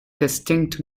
distinct